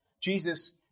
Jesus